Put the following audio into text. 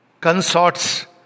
consorts